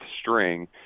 string